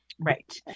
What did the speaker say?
right